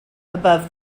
above